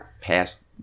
past